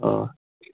آ